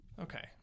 Okay